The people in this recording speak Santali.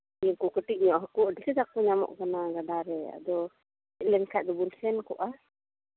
ᱱᱩᱠᱩ ᱠᱟᱹᱴᱤᱡ ᱧᱚᱜ ᱦᱟᱹᱠᱩ ᱟᱹᱰᱤ ᱠᱟᱡᱟᱠ ᱠᱚ ᱧᱟᱢᱚᱜ ᱠᱟᱱᱟ ᱜᱟᱰᱟᱨᱮ ᱟᱫᱚ ᱢᱮᱱᱠᱷᱟᱡ ᱫᱚᱵᱚᱱ ᱥᱮᱱ ᱠᱚᱜᱼᱟ